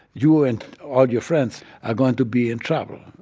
you and all your friends are going to be in trouble.